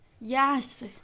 Yes